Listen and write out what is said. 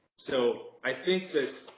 so i think that